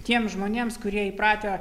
tiems žmonėms kurie įpratę